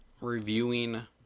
reviewing